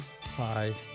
Hi